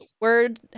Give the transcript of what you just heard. word